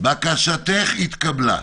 בקשתך התקבלה.